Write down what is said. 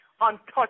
untouched